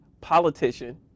politician